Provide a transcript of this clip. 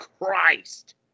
Christ